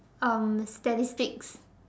um statistics